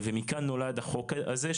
מכאן נולד החוק הזה.